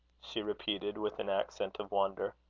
she repeated, with an accent of wonder.